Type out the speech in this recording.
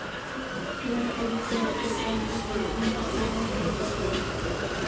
क्रय अभिक्रय के बंद लीजिंग सेहो कहलो जाय छै